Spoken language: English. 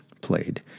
played